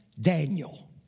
Daniel